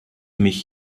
mich